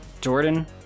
Jordan